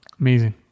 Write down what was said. Amazing